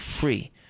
free